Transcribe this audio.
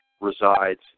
resides